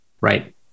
right